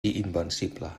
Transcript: invencible